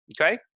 Okay